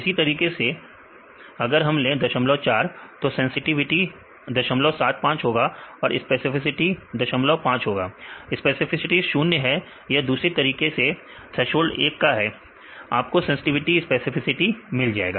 इसी तरीके से अगर हम ले 04 तो सेंसटिविटी 075 होगा और स्पेसिफिसिटी 05 होगा स्पेसिफिसिटी 0 है यह दूसरी तरीके से थ्रेसोल्ड 1 का आपको सेंसटिविटी और स्पेसिफिसिटी मिल जाएगा